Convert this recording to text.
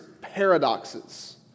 paradoxes